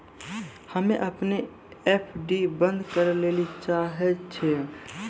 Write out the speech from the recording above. हम्मे अपनो एफ.डी बन्द करै ले चाहै छियै